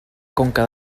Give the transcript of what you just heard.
conca